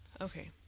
Okay